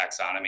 taxonomy